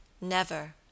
Never